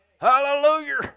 Hallelujah